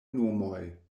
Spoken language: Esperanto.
nomoj